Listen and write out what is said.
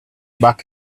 back